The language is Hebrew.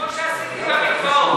כמו שעשית עם המקוואות.